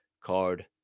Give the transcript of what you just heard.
card